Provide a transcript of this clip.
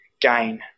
gain